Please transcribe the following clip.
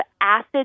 acid